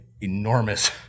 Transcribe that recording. enormous